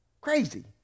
Crazy